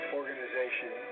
organization